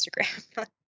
Instagram